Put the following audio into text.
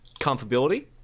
comfortability